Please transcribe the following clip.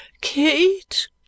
Kate